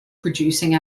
producing